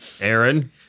Aaron